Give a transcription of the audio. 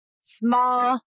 small